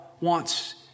wants